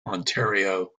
ontario